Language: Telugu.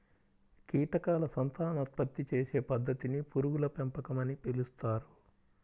కీటకాల సంతానోత్పత్తి చేసే పద్ధతిని పురుగుల పెంపకం అని పిలుస్తారు